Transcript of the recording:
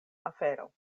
afero